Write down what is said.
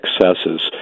excesses